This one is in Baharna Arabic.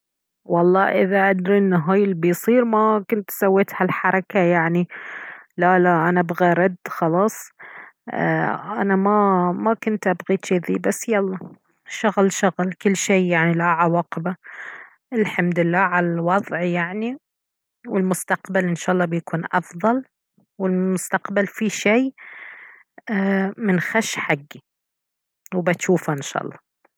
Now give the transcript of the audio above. والله اذا ادري ان هاي الي بيصير ما كنت سويت هالحركة يعني لا لا انا بغى ا رد خلاص ايه انا ما كنت ابغي جذي بس يلا شغل شغل كل شي يعني له عواقبة الحمد لله على الوضع يعني والمستقبل ان شاء الله بيكون افضل والمستقبل في شي ايه منخش حقي وبتشوفه ان شاء الله